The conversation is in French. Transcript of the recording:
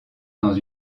dans